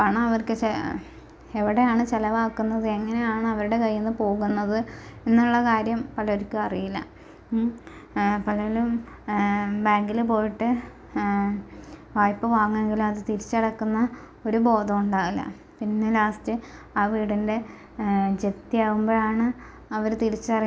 എവിടാണ് ചെലവാക്കുന്നത് എങ്ങനെയാണ് അവരുടെ കയ്യിൽ നിന്ന് പോകുന്നത് എന്നുള്ള കാര്യം പലർക്കും അറിവില്ല പലരും ബാങ്കില് പോയിട്ട് വായ്പ്പ വാണ്ടുന്നുണ്ടെങ്കിലും അത് തിരിച്ചടക്കുന്ന ഒര് ബോധമുണ്ടാവില്ല പിന്നെ ലാസ്റ്റ് ആ വീടിൻ്റെ ജെപ്തി ആകുമ്പോഴാണ് അവര് തിരിച്ചറിയുന്നത്